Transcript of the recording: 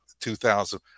2,000